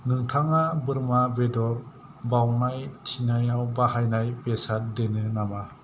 नोंथाङा बोरमा बेद'र बावनाय थिनायाव बाहायनाव बेसाद दोनो नामा